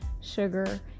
sugar